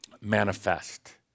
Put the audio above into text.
manifest